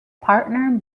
partner